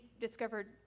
discovered